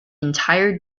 entire